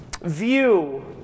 view